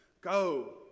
Go